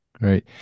Right